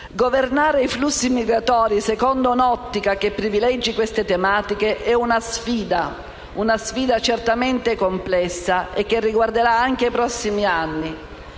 Governare i flussi migratori secondo un'ottica che privilegi queste tematiche è una sfida, certamente complessa, che riguarderà anche i prossimi anni,